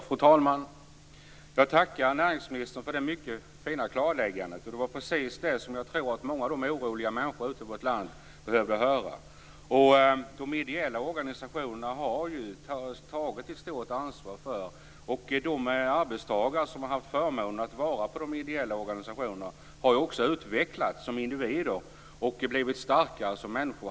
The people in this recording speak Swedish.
Fru talman! Jag tackar näringsministern för det mycket fina klarläggandet. Det var precis vad jag tror att många oroliga människor ute i landet behöver höra. De ideella organisationerna har tagit ett stort ansvar. De arbetstagare som har haft förmånen att vara på de ideella organisationerna har utvecklats som individer och blivit starkare som människor.